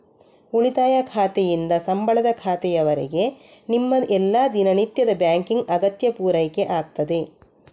ಉಳಿತಾಯ ಖಾತೆಯಿಂದ ಸಂಬಳದ ಖಾತೆಯವರೆಗೆ ನಿಮ್ಮ ಎಲ್ಲಾ ದಿನನಿತ್ಯದ ಬ್ಯಾಂಕಿಂಗ್ ಅಗತ್ಯ ಪೂರೈಕೆ ಆಗ್ತದೆ